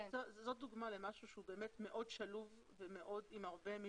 זאת דוגמה למשהו שהוא באמת מאוד שלוב ועם הרבה ממשקים.